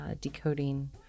decoding